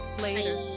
later